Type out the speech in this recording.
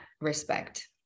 respect